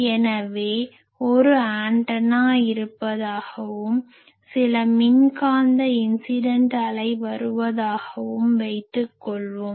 எனவே ஒரு ஆண்டனா இருப்பதாகவும் சில மின்காந்த இன்சிடன்ட் அலை வருவதாகவும் வைத்துக்கொள்வோம்